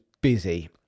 busy